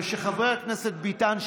וכשחבר הכנסת ביטן,